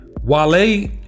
Wale